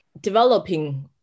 developing